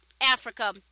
Africa